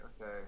okay